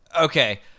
okay